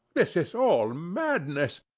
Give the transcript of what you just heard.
this is all madness.